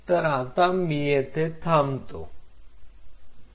तर मी आता येथे बंद करत आहे